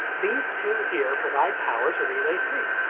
these two here provide power to relay three.